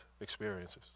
experiences